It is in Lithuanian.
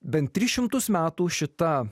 bent tris šimtus metų šita